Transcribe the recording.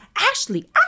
Ashley